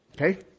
Okay